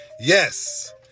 Yes